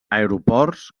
aeroports